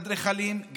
אדריכלים,